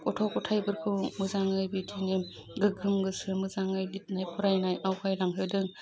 गथ' गथाइफोरखौ मोजाङै बिदिनो गोगोम गोसो मोजाङै लितनाय फरायनाय आवगायलांहोदों